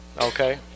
Okay